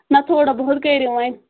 نہ تھوڑا بہت کٔرو وۄنۍ